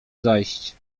zajście